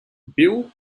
bill